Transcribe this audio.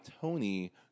Tony